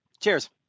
cheers